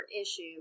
issue